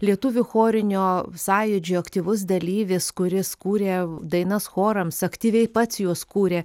lietuvių chorinio sąjūdžio aktyvus dalyvis kuris kūrė dainas chorams aktyviai pats juos kūrė